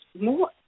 more